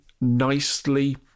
nicely